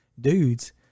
dudes